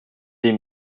des